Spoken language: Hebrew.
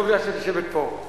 לא בגלל שאת יושבת פה.